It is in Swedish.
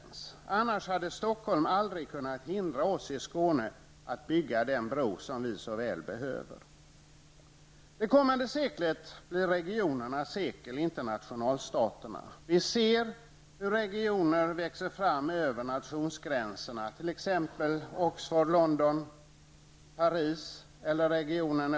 Om detta inte hade varit fallet, hade man i Stockholm aldrig kunnat hindra oss i Skåne från att bygga den bro som vi så väl behöver. Det kommande seklet blir regionernas sekel och inte nationalstaternas. Vi ser hur regioner växer fram över nationsgränserna, t.ex. Oxford-- Milano och Bayern--Schweiz.